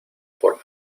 por